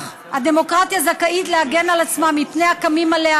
"הדמוקרטיה זכאית להגן על עצמה מפני הקמים עליה,